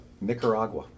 Nicaragua